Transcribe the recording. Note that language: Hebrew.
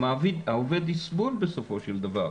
העובד יסבול בסופו של דבר.